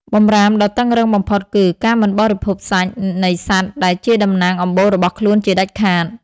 បម្រាមដ៏តឹងរ៉ឹងបំផុតគឺ "ការមិនបរិភោគសាច់" នៃសត្វដែលជាតំណាងអំបូររបស់ខ្លួនជាដាច់ខាត។